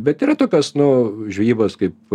bet yra tokios nu žvejybos kaip